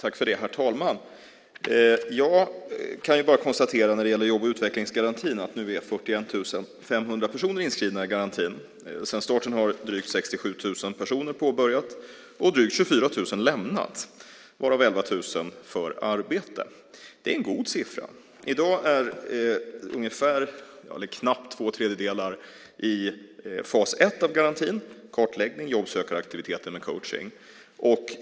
Herr talman! Jag kan bara konstatera, när det gäller jobb och utvecklingsgarantin, att det nu är 41 500 personer inskrivna i garantin. Sedan starten har drygt 67 000 personer påbörjat och drygt 24 000 lämnat, varav 11 000 för arbete. Det är en god siffra. I dag är knappt två tredjedelar i fas ett av garantin, kartläggning och jobbsökaraktiviteter med coachning.